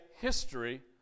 history